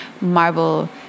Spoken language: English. marble